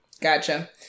gotcha